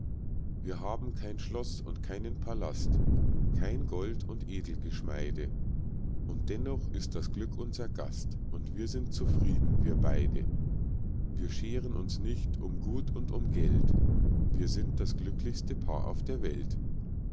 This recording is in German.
wir haben kein schloß und keinen palast kein gold und edelgeschmeide und dennoch ist das glück unser gast und wir sind zufrieden wir beide wir scheren uns nicht um gut und um geld wir sind das glücklichste paar auf der welt